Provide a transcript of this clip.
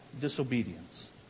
disobedience